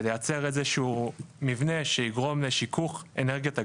לייצר איזשהו מבנה שיגרום לשיכוך אנרגיית הגלים,